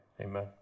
amen